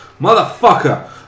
Motherfucker